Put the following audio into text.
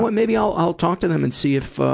but maybe i'll, i'll talk to them and see if, ah,